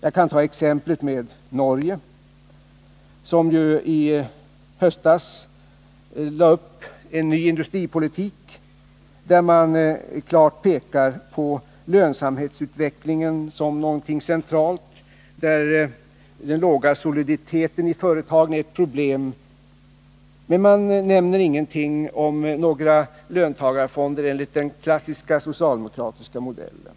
Den norska socialdemokratiska regeringen lade i höstas upp en ny industripolitik, där man klart pekar på lönsamhetsutvecklingen som någonting centralt. Den låga soliditeten i företagen är ett problem, men man nämner ingenting om löntagarfonder enligt den klassiska socialdemokratiska modellen.